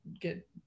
get